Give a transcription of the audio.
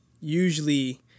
usually